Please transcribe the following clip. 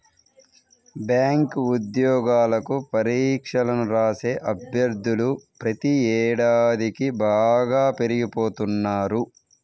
bank ఉద్యోగాలకు పరీక్షలను రాసే అభ్యర్థులు ప్రతి ఏడాదికీ బాగా పెరిగిపోతున్నారు